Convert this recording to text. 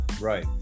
Right